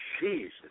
Jesus